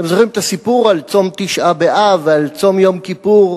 אתם זוכרים את הסיפור על צום תשעה באב ועל צום יום כיפור,